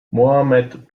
mohamed